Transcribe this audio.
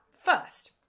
first